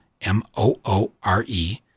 M-O-O-R-E